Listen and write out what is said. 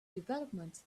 developments